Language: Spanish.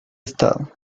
estado